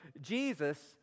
Jesus